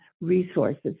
resources